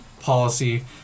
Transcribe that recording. policy